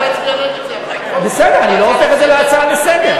אני לא הופך את זה להצעה לסדר-היום.